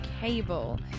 Cable